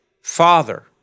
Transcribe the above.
Father